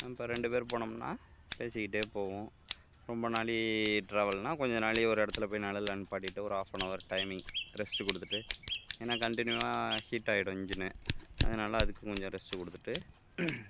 இப்போ ரெண்டு பேர் போனோம்னா பேசிக்கிட்டே போவோம் ரொம்ப நாழி டிராவல்னா கொஞ்சம் நாழி ஒரு இடத்துல போய் நிழல்ல நிப்பாட்டிட்டு ஒரு ஹாஃப்பனவர் டைமிங் ரெஸ்ட்டு கொடுத்துட்டு ஏனா கன்டினியூவாக ஹீட் ஆகிடும் இன்ஜினு அதனால் அதுக்கும் கொஞ்சம் ரெஸ்ட்டு கொடுத்துட்டு